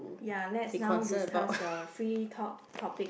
ya lets now discuss the free talk topic